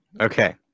Okay